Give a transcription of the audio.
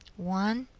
one,